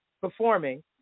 performing